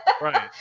Right